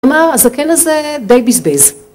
מה הזקן הזה די בזבז